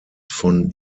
von